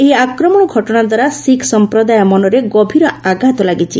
ଏହି ଆକ୍ରମଣ ଘଟଣାଦ୍ୱାରା ଶିଖ୍ ସମ୍ପ୍ରଦାୟ ମନରେ ଗଭୀର ଆଘାତ ଲାଗିଛି